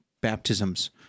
baptisms